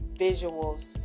visuals